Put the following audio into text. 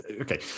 okay